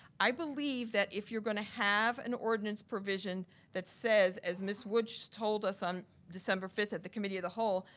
i believe that if you're gonna have an ordinance provision that says, as miss wood told us on december fifth, at the committee of the whole,